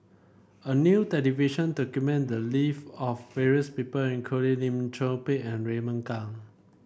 a new television document the live of various people including Lim Chor Pee and Raymond Kang